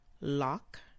Lock